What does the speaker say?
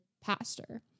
pastor